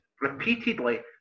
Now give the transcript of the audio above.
repeatedly